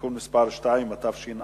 (תיקון מס' 2), התש"ע